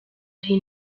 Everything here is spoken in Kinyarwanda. ari